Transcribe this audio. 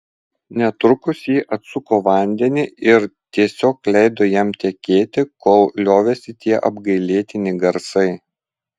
netrukus ji atsuko vandenį ir tiesiog leido jam tekėti kol liovėsi tie apgailėtini garsai